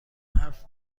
حرف